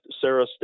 Sarah